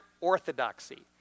Orthodoxy